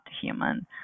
human